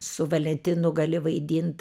su valentinu gali vaidint